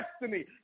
destiny